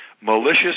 malicious